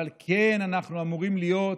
אבל כן אנחנו אמורים להיות,